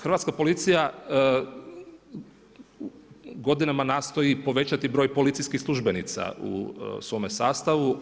Hrvatska policija godinama nastoji povećati broj policijskih službenica u svome sastavu.